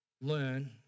learn